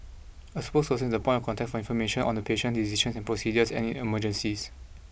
a spokesperson is the point of contact for information on the patient decisions on procedures and in emergencies